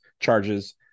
charges